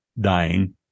dying